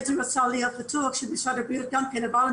רציתי להיות בטוחה שמשרד הבריאות עבר על